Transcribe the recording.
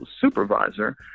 supervisor